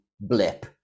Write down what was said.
blip